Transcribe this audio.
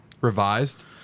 Revised